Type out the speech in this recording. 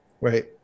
right